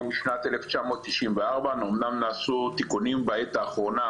הוא משנת 1994. אומנם נעשו תיקונים בעת האחרונה